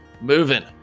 moving